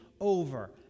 over